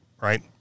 right